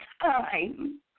time